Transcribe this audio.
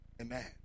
Amen